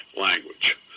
language